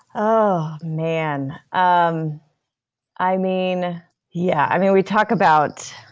oh man, um i mean yeah i mean we talk about,